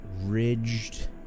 ridged